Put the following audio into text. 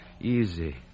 Easy